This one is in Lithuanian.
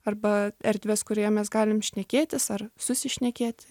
arba erdvės kurioje mes galim šnekėtis ar susišnekėti